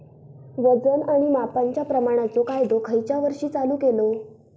वजन आणि मापांच्या प्रमाणाचो कायदो खयच्या वर्षी चालू केलो?